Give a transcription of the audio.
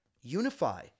unify